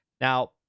Now